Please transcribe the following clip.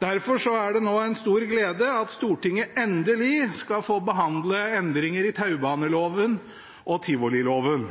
Derfor er det nå en stor glede at Stortinget endelig skal få behandle endringer i taubaneloven og tivoliloven!